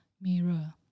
mirror